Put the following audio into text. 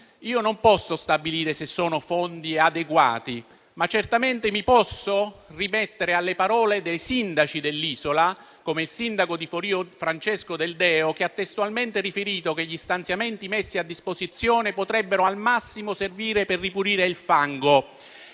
io non posso stabilire se siano adeguati. Ma certamente mi posso rimettere alle parole dei sindaci dell'isola, come il sindaco di Forio, Francesco Del Deo, che ha testualmente riferito che gli stanziamenti messi a disposizione potrebbero, al massimo, servire per ripulire il fango.